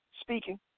speaking